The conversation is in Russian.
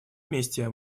вместе